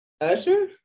Usher